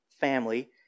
family